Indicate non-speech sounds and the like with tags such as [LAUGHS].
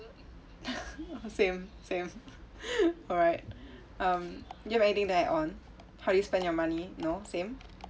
[LAUGHS] same same [LAUGHS] alright um do you have anything to add on how do you spend your money no same